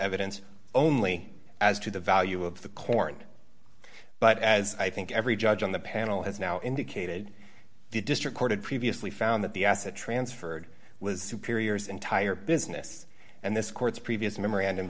evidence only as to the value of the corn but as i think every judge on the panel has now indicated the district court had previously found that the asset transferred was superiors entire business and this court's previous memorandum